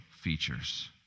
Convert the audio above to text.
features